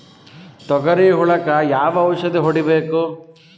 ತೊಗರಿ ಹುಳಕ ಯಾವ ಔಷಧಿ ಹೋಡಿಬೇಕು?